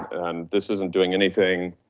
and this isn't doing anything